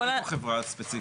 כתוב פה חברה ספציפית.